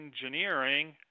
engineering